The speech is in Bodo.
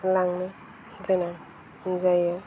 लांनो गोनां जायो